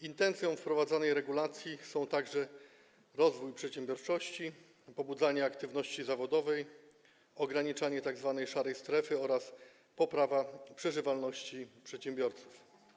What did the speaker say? Intencją wprowadzanej regulacji są także: rozwój przedsiębiorczości, pobudzanie aktywności zawodowej, ograniczanie tzw. szarej strefy oraz poprawa przeżywalności przedsiębiorców.